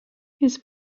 his